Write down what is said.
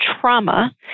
trauma